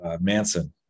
Manson